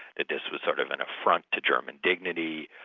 that this was sort of an affront to german dignity,